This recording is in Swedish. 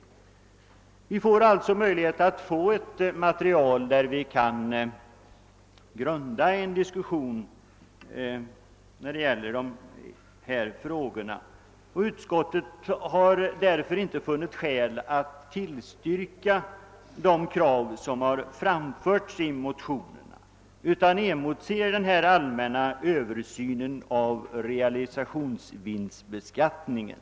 Vi kan alltså få ett material som grund för diskussionen av dessa frågor. Utskottet har därför inte funnit skäl att tillstyrka de krav som framförts i motionerna utan emotser resultatet av den allmänna översynen av realisationsvinstbeskattningen.